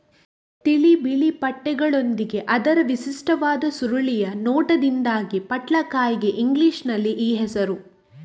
ತಿಳಿ ಬಿಳಿ ಪಟ್ಟೆಗಳೊಂದಿಗೆ ಅದರ ವಿಶಿಷ್ಟವಾದ ಸುರುಳಿಯ ನೋಟದಿಂದಾಗಿ ಪಟ್ಲಕಾಯಿಗೆ ಇಂಗ್ಲಿಷಿನಲ್ಲಿ ಈ ಹೆಸರು